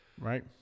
Right